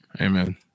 amen